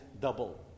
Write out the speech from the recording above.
double